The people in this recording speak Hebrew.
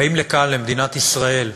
באים לכאן, למדינת ישראל,